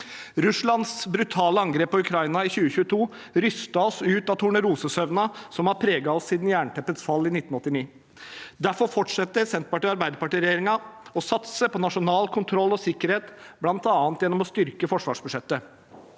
Russlands brutale angrep på Ukraina i 2022 rystet oss ut av tornerosesøvnen som har preget oss siden jernteppets fall i 1989. Derfor fortsetter Senterparti–Arbeiderpartiregjeringen å satse på nasjonal kontroll og sikkerhet, bl.a. gjennom å styrke forsvarsbudsjettet,